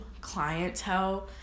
clientele